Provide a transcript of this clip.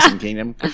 Kingdom